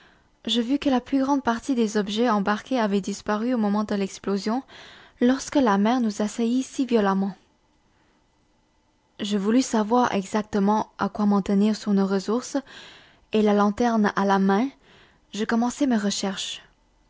je vis que la plus grande partie des objets embarqués avaient disparu au moment de l'explosion lorsque la mer nous assaillit si violemment je voulus savoir exactement à quoi m'en tenir sur nos ressources et la lanterne à la main je commençai mes recherches